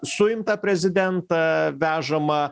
suimtą prezidentą vežamą